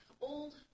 old